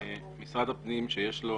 משרד הפנים, שיש לו